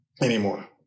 anymore